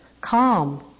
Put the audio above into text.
calm